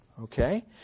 Okay